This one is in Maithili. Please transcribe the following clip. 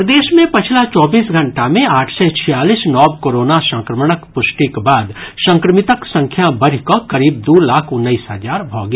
प्रदेश मे पछिला चौबीस घंटा मे आठ सय छियालीस नव कोरोना संक्रमणक पुष्टिक बाद संक्रमितक संख्या बढ़ि कऽ करीब दू लाख उन्नैस हजार भऽ गेल